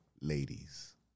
Ladies